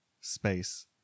space